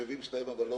נתון שהם הוציאו.